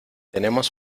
tenemos